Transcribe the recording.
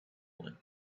one